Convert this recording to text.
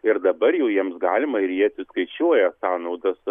ir dabar jau jiems galima ir jie atsiskaičiuoja sąnaudas